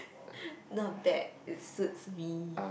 not bad it suits me